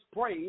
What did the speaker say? pray